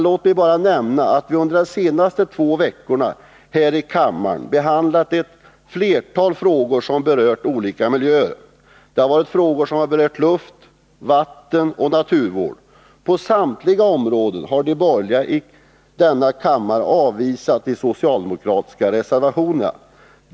Låt mig bara nämna att vi under de senaste två veckorna här i kammaren behandlat ett flertal frågor som gällt olika miljöer. Det har varit frågor som berört luft, vatten och naturvård. På samtliga områden har de borgerliga i denna kammare avvisat de socialdemokratiska reservationerna.